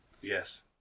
Yes